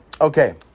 Okay